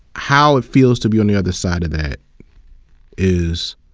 how it feels to be on the other side of that is,